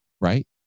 right